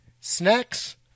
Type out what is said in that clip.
snacks